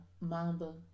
Mamba